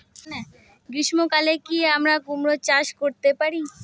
গ্রীষ্ম কালে কি আমরা কুমরো চাষ করতে পারবো?